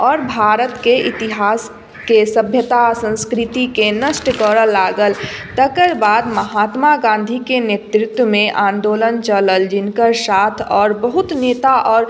आओर भारतके इतिहासके सभ्यता संस्कृतिके नष्ट करऽ लागल तकरबाद महात्मा गाँधीके नेतृत्वमे आन्दोलन चलल जिनकर साथ आओर बहुत नेता आओर